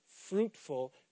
fruitful